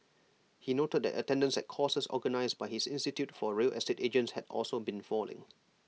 he noted that attendance at courses organised by his institute for real estate agents had also been falling